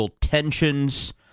tensions